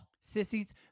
Sissies